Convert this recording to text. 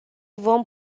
vom